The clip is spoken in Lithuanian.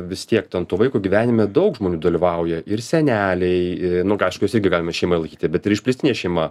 vis tiek ten to vaiko gyvenime daug žmonių dalyvauja ir seneliai nu aišku juos galim ir šeima laikyti bet ir išplėstinė šeima